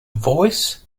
voice